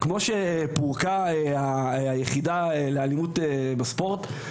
כמו שפורקה היחידה לאלימות בספורט,